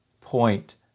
point